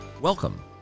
Welcome